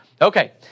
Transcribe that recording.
Okay